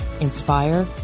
inspire